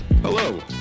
Hello